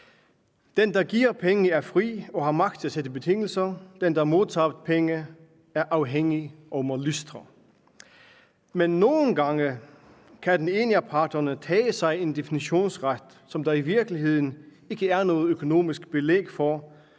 Den, der giver penge, er fri og har magt til at stille betingelser. Den, der modtager penge, er afhængig og må lystre, men nogle gange kan den ene af parterne tage sig en definitionsret, som der i virkeligheden ikke er noget økonomisk belæg for,